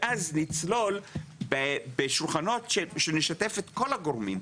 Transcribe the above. ואז נצלול בשולחנות שבהם נשתף את כל הגורמים.